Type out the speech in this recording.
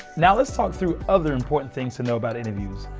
now, let's talk through other important things to know about interviews.